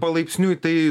palaipsniui tai